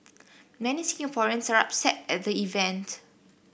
many Singaporeans are upset at the event